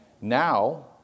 now